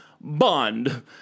bond